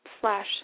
slash